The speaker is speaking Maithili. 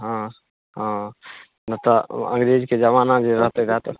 हँ हँ नहि तऽ अंग्रेजके जमाना जे रहते रऽ तऽ